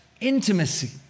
Intimacy